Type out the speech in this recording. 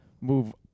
move